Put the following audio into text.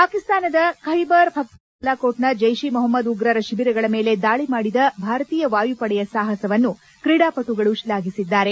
ಪಾಕಿಸ್ತಾನದ ಬೈಬರ್ ಪಖ್ರೂನ್ ಬಾದ ಬಾಲಕೋಟ್ನ ಜೈಷ್ ಇ ಮೊಹಮ್ನದ್ ಉಗ್ರರ ಶಿಬಿರಗಳ ಮೇಲೆ ದಾಳ ಮಾಡಿದ ಭಾರತೀಯ ವಾಯುಪಡೆಯ ಸಾಹಸವನ್ನು ಕ್ರೀಡಾಪಟುಗಳು ಶ್ಲಾಘಿಸಿದ್ದಾರೆ